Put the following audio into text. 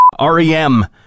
REM